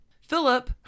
philip